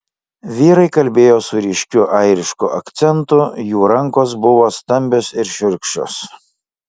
vyrai kalbėjo su ryškiu airišku akcentu jų rankos buvo stambios ir šiurkščios